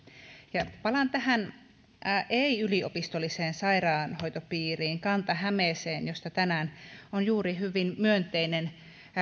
palaan tähän ei yliopistolliseen sairaanhoitopiiriin kanta hämeeseen josta tänään on juuri hyvin myönteinen